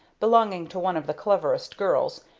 belonging to one of the cleverest girls,